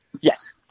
yes